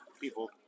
people